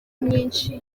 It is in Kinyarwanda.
myinshi